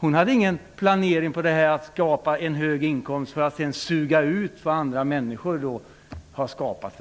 Hon hade ingen planering för att skapa en hög inkomst och sedan suga ut vad andra människor har skapat.